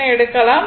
என எடுக்கலாம்